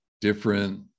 different